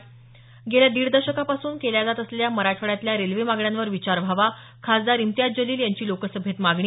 त गेल्या दीड दशकापासून केल्या जात असलेल्या मराठवाड्यातल्या रेल्वे मागण्यांवर विचार व्हावा खासदार इम्तियाज जलील यांची लोकसभेत मागणी